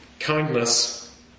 Kindness